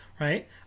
right